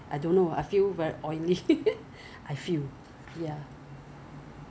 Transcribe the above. oh 因为我 sensitive skin mah so 我会去问 like how how how natural the ingredients are